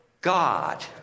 God